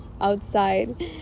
outside